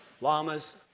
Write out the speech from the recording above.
Llamas